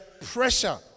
pressure